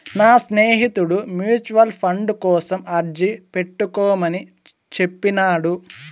నా స్నేహితుడు mutual fund కోసం అర్జీ పెట్టుకోమని చెప్పినాడు